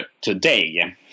today